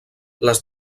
les